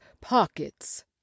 pockets